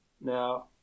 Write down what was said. Now